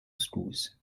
schools